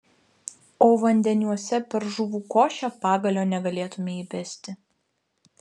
o vandeniuose per žuvų košę pagalio negalėtumei įbesti